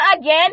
again